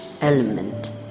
element